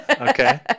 okay